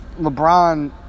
LeBron